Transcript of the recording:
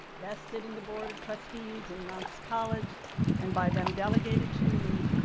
vested in the board of trustees in knox college and by them delegated to me,